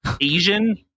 Asian